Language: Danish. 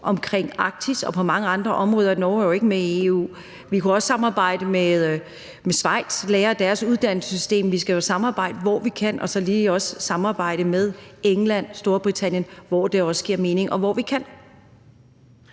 omkring Arktis og på mange andre områder, og Norge er jo ikke med i EU. Vi kunne også samarbejde med Schweiz og lære af deres uddannelsessystem. Vi skal jo samarbejde, hvor vi kan, og så også lige samarbejde med England, Storbritannien, hvor det giver mening, og hvor vi kan.